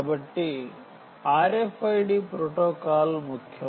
కాబట్టి RFID protocol ముఖ్యం